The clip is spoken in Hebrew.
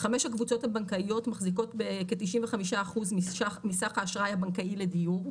חמש הקבוצות הבנקאיות מחזיקות בכ-95 אחוז מסך האשראי הבנקאי לדיור,